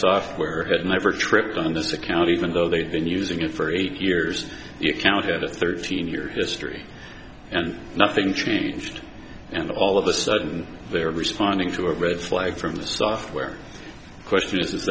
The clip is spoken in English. software had never tripped on this account even though they've been using it for eight years you can hear the thirteen year history and nothing changed and all of a sudden they're responding to a red flag from the software question is